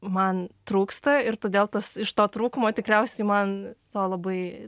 man trūksta ir todėl tas iš to trūkumo tikriausiai man labai